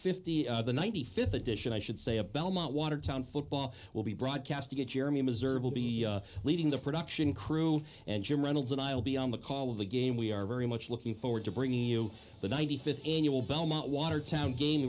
fifty other ninety fifth edition i should say a belmont watertown football will be broadcast to get jeremy reserve will be leading the production crew and jim reynolds and i'll be on the call of the game we are very much looking forward to bringing you the ninety fifth annual belmont watertown ga